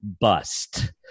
bust